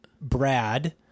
brad